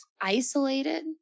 isolated